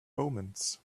omens